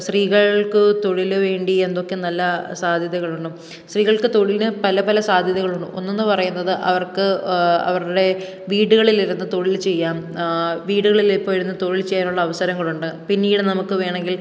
സ്ത്രീകൾക്ക് തൊഴിൽ വേണ്ടി എന്തൊക്കെ നല്ല സാധ്യതകളുണ്ട് സ്ത്രീകൾക്ക് തൊഴിൽന് പല പല സാധ്യതകളുണ്ട് ഒന്നെന്ന് പറയുന്നത് അവർക്ക് അവരുടെ വീടുകളിലിരുന്ന് തൊഴിൽ ചെയ്യാം വീടുകളിലിപ്പോൾ ഇരുന്ന് തൊഴിൽ ചെയ്യാനുള്ള അവസരങ്ങളുണ്ട് പിന്നീട് നമുക്ക് വേണമെങ്കിൽ